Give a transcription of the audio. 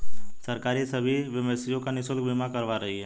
सरकार सभी मवेशियों का निशुल्क बीमा करवा रही है